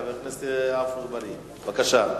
חבר הכנסת עפו אגבאריה, בבקשה.